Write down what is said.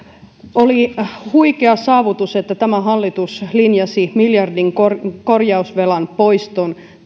oli huikea saavutus että tämä hallitus linjasi miljardin korjausvelan poiston